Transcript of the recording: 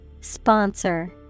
Sponsor